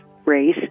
race